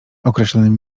określonym